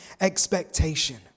expectation